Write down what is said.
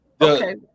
okay